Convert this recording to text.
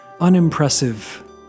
unimpressive